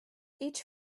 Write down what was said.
each